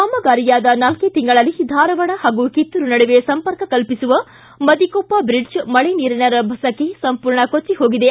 ಕಾಮಗಾರಿಯಾದ ನಾಲ್ಕೇ ತಿಂಗಳಲ್ಲಿ ಧಾರವಾಡ ಹಾಗೂ ಕಿತ್ತೂರು ನಡುವೆ ಸಂಪರ್ಕ ಕಲ್ಪಿಸುವ ಮದಿಕೊಪ್ಪ ಬ್ರಿಡ್ಜ್ ಮಳೆ ನೀರಿನ ರಭಸಕ್ಕೆ ಸಂಪೂರ್ಣ ಕೊಚ್ಚಿ ಹೋಗಿದೆ